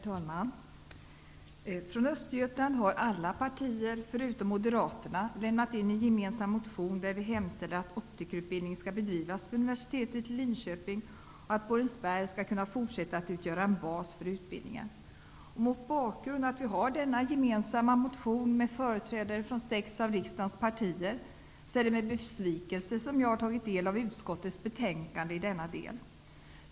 Herr talman! Representanter från Östergötland ur alla partier, förutom Moderaterna, har väckt en gemensam motion, där vi hemställer att optikerutbildningen skall bedrivas vid universitetet i Linköping och att Borensberg skall kunna fortsätta att utgöra en bas för utbildningen. Mot bakgrund av att vi har denna gemensamma motion med företrädare från sex av riksdagens partier, är det med besvikelse som jag har tagit del av utskottets betänkande i denna del.